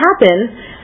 happen